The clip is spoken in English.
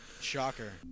Shocker